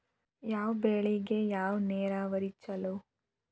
ಯಾವ ಬೆಳಿಗೆ ಯಾವ ನೇರಾವರಿ ಛಲೋ?